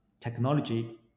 technology